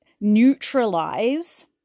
neutralize